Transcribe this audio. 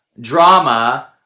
drama